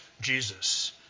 Jesus